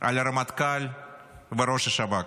על הרמטכ"ל וראש השב"כ.